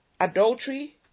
Adultery